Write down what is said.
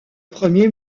premier